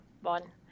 one